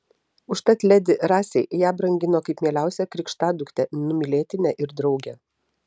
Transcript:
užtat ledi rasei ją brangino kaip mieliausią krikštaduktę numylėtinę ir draugę